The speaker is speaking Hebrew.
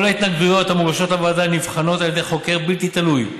כל ההתנגדויות המוגשות לוועדה נבחנות על ידי חוקר בלתי תלוי,